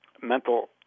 mental